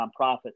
nonprofit